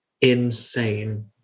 insane